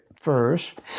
first